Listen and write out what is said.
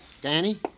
Danny